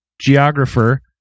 geographer